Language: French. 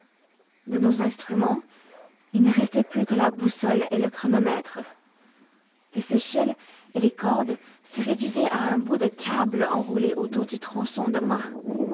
de nos instruments il ne restait plus que la boussole et le chronomètre les échelles et les cordes se réduisaient à un bout de câble enroulé autour du tronçon de mât